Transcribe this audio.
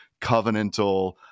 covenantal